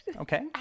Okay